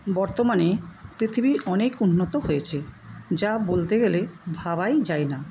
বর্তমানে পৃথিবী অনেক উন্নত হয়েছে যা বলতে গেলে ভাবাই যায় না